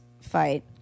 fight